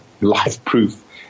life-proof